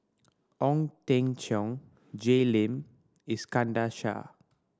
Ong Teng Cheong Jay Lim Iskandar Shah